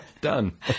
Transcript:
done